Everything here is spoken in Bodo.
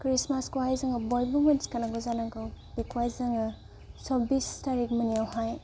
ख्रिस्टमासखौहाय जोङो बयबो मिन्थिखानांगौ जानांगौ बेखौहाय जोङो सब्बिस थारिख मोनायावहाय